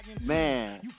Man